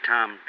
Tom